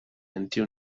until